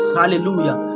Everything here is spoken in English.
hallelujah